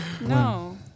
No